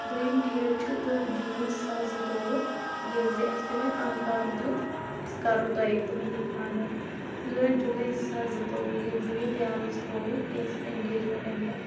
دویِم ڈَیٹ چھُ دہ جوٗن زٕ ساس زٕتووُہ ییٚلہِ زِ اَسہِ تِمَن آنٛکار دِیُت أسۍ کَرو تۄہہِ تُہٕنٛدی خانٛدَر ٲٹھ جُلاے زٕ ساس زٕتووُہ ییٚلہِ زِ مےٚ پیالَس ترووُکھ بیٚیہِ ٲسٕم اؠنٛگیجمیٚنٛٹ امہِ دۄہ